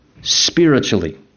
spiritually